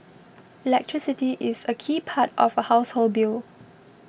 electricity is a key part of a household bill